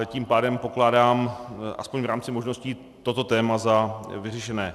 Tím pádem pokládám alespoň v rámci možností toto téma za vyřešené.